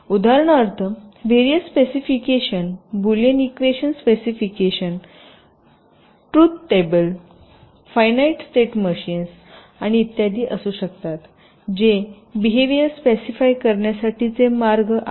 उदाहरणार्थ various specification boolean equation specification truth table finite state machines आणि इत्यादी असू शकतात जे बेहवीयर स्पेसिफाय करण्यासाठीचे मार्ग आहेत